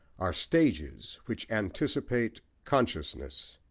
are stages which anticipate consciousness.